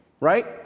Right